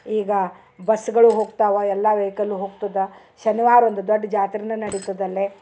ಈಗ ಬಸ್ಗಳು ಹೋಗ್ತವ ಎಲ್ಲಾ ವೆಹಿಕಲ್ಲು ಹೋಗ್ತುದ ಶನಿವಾರ ಒಂದು ದೊಡ್ಡ ಜಾತ್ರೆನ ನಡಿತದೆ ಅಲ್ಲೇ